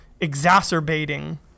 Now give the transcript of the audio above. exacerbating